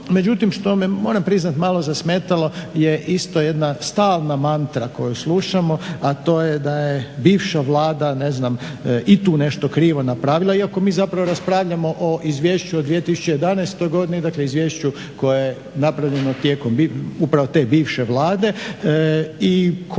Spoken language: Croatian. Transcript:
međutim što me moram priznati malo zasmetalo je isto jedna stalna mantra koju slušamo, a to je da je bivša vlada i tu nešto krivo napravila. Iako mi zapravo zabravljamo o izvješću o 2011.godini dakle izvješću koje je napravljeno tijekom uprave te bivše vlade i koji